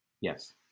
yes